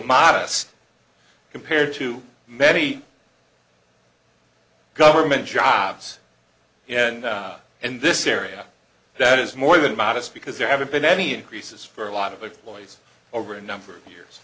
modest compared to many government jobs and and this area that is more than modest because there haven't been any increases for a lot of lawyers over a number of years